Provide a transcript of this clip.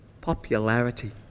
popularity